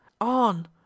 on